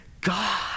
God